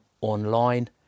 online